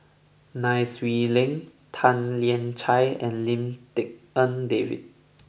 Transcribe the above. Nai Swee Leng Tan Lian Chye and Lim Tik En David